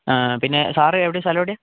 ആ പിന്നെ സാർ എവിടെയാണ് സ്ഥലം എവിടെയാണ്